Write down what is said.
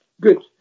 good